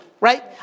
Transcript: right